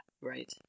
Right